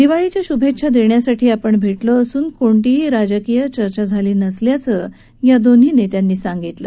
दिवाळीच्या शुभेच्छा देण्यासाठी भेटलो असून कोणतीही राजकीय चर्चा झाली नसल्याचं दोन्ही नेत्यांनी सांगितलं